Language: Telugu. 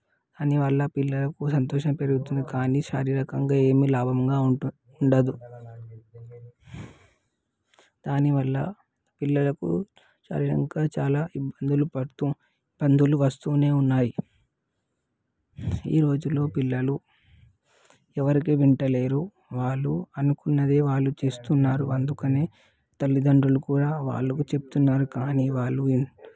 దానివల్ల పిల్లలకు సంతోషం పెరుగుతుంది కానీ శారీరకంగా ఏమీ లాభంగా ఉండ ఉండదు దానివల్ల పిల్లలకు శారీరకంగా చాలా ఇబ్బందులు పడుతూ పందులు వస్తూనే ఉన్నాయి ఈ రోజుల్లో పిల్లలు ఎవరికి వెంట లేరు వాళ్ళు అనుకున్నదే వాళ్ళు చేస్తున్నారు అందుకని తల్లిదండ్రులు కూడా వాళ్లకు చెప్తున్నారు కానీ వాళ్ళు